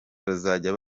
bazajya